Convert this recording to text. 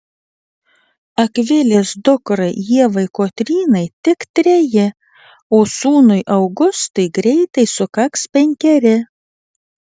akvilės dukrai ievai kotrynai tik treji o sūnui augustui greitai sukaks penkeri